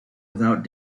without